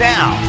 Now